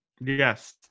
Yes